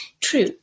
True